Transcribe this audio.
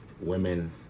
women